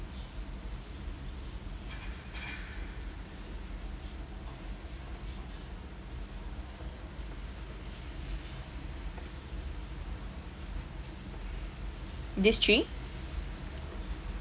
these three